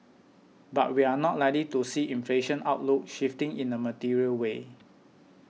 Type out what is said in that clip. but we are not likely to see inflation outlook shifting in a material way